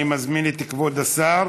אני מזמין את כבוד השר,